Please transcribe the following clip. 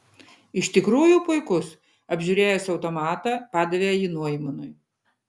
iš tikrųjų puikus apžiūrėjęs automatą padavė jį noimanui